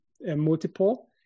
multiple